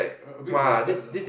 err a bit wasted lah